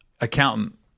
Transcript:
accountant